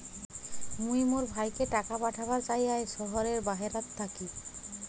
মুই মোর ভাইকে টাকা পাঠাবার চাই য়ায় শহরের বাহেরাত থাকি